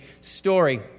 story